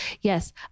yes